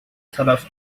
تلف